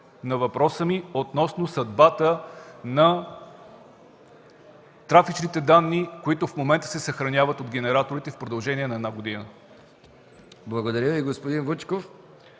на въпроса ми относно съдбата на трафичните данни, които в момента се съхраняват от генераторите в продължение на една година. ПРЕДСЕДАТЕЛ МИХАИЛ МИКОВ: Благодаря Ви, господин Вучков.